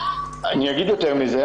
אני אגיד יותר מזה,